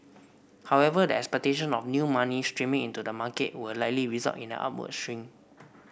however the expectation of new money streaming into the market will likely result in an upward swing